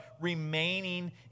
remaining